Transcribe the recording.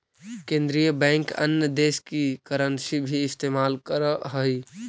केन्द्रीय बैंक अन्य देश की करन्सी भी इस्तेमाल करअ हई